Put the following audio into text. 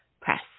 Press